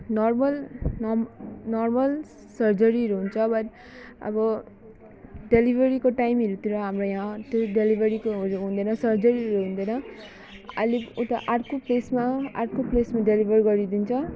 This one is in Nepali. नर्मल नम् नर्मल सर्जरीहरू हुन्छ वा अब डेलिभरीको टाइमहरूतिर हाम्रो यहाँ त्यो डेलिभरीको उयो हुँदैन सर्जरीहरू हुँदैन अलिक उता अर्को प्लेसमा अर्को प्लेसमा डेलिभर गरिदिन्छ